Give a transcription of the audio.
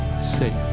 safe